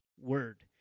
word